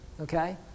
okay